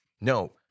No